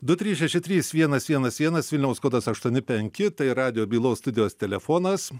du trys šeši trys vienas vienas vienas vilniaus kodas aštuoni penki tai radijo bylos studijos telefonas